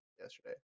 yesterday